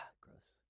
Gross